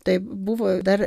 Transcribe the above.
tai buvo dar